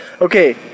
Okay